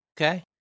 Okay